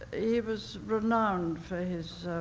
he was renowned for his,